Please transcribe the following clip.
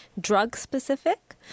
drug-specific